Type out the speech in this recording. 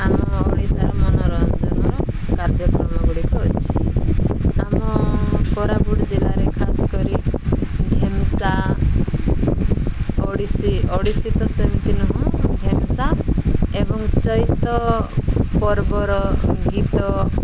ଆମ ଓଡ଼ିଶାର ମନୋରଞ୍ଜନର କାର୍ଯ୍ୟକ୍ରମ ଗୁଡ଼ିକ ଅଛି ଆମ କୋରାପୁଟ ଜିଲ୍ଲାରେ ଖାସ କରି ଢେମସା ଓଡ଼ିଶୀ ଓଡ଼ିଶୀ ତ ସେମିତି ନୁହଁ ଢେମସା ଏବଂ ଚୈତ ପର୍ବର ଗୀତ